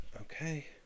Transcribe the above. Okay